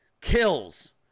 kills